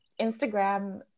Instagram